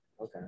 Okay